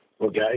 okay